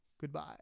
Goodbye